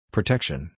Protection